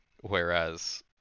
Whereas